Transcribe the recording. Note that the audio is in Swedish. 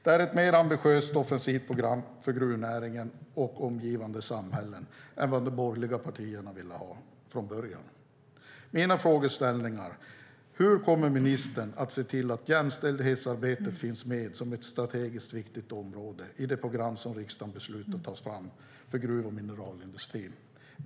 Det är ett mer ambitiöst och offensivt program för gruvnäringen och omgivande samhällen än vad de borgerliga partierna ville ha från början. Mina frågeställningar är: Hur kommer ministern att se till att jämställdhetsarbetet finns med som ett strategiskt viktigt område i det program som riksdagen beslutat att ta fram för gruv och mineralindustrin?